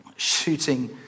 shooting